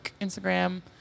Instagram